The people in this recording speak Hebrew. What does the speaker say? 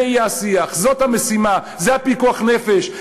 זה יהיה השיח, זאת המשימה, זה פיקוח נפש.